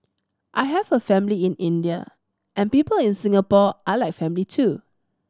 I have a family in India and people in Singapore are like family too